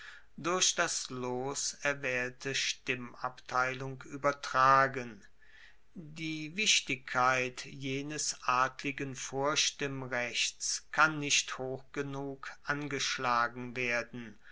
durch das los erwaehlte stimmabteilung uebertragen die wichtigkeit jenes adligen vorstimmrechts kann nicht hoch genug angeschlagen werden